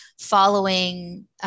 following